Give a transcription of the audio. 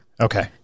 Okay